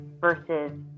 versus